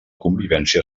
convivència